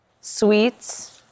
sweets